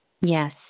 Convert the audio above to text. Yes